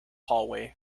hallway